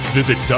Visit